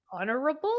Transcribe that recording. honorable